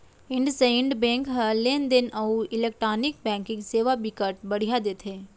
IndusInd bank ह लेन देन अउ इलेक्टानिक बैंकिंग सेवा बिकट बड़िहा देथे